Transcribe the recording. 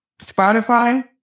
Spotify